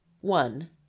one